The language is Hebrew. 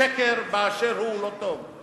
שקר, באשר הוא, לא טוב.